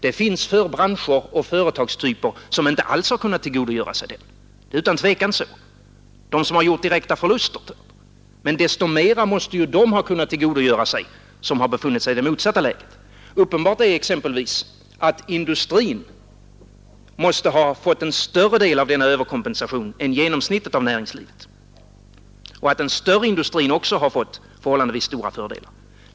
Det finns branscher och företagstyper som inte alls har kunnat tillgodogöra sig någon överkompensation. Det är utan tvivel så. Det finns de som har gjort direkta förluster. Men desto mera måste de som har befunnit sig i det motsatta lägret ha kunnat tillgodogöra sig överkompensation. Uppenbart är exempelvis att industrin måste ha fått en större del av denna överkompensation än genomsnittet av näringslivet och att den större industrin också har fått förhållandevis större fördelar.